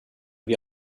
wir